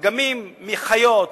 דגמים מחיות,